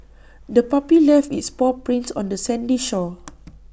the puppy left its paw prints on the sandy shore